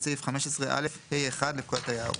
בטח ובטח בנושא כזה בריאותי שיהיה בוודאות,